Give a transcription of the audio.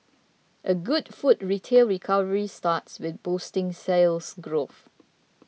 a good food retail recovery starts with boosting Sales Growth